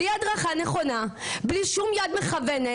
בלי הדרכה נכונה, בלי שום יד מכוונת.